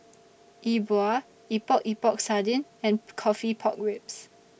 E Bua Epok Epok Sardin and Coffee Pork Ribs